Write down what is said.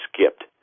skipped